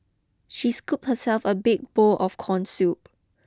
she scoop herself a big bowl of corn soup